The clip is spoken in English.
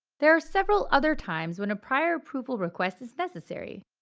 there are several other times when a prior approval request is necessary,